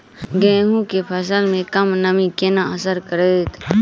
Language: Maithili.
गेंहूँ केँ फसल मे कम नमी केना असर करतै?